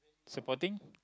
supporting